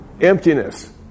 Emptiness